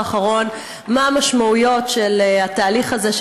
האחרון מה המשמעויות של התהליך הזה,